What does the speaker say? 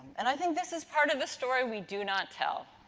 and, i think this is part of the story we do not tell.